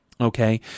Okay